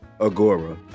Agora